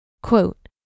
Quote